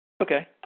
Okay